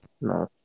No